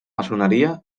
maçoneria